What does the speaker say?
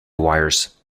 wires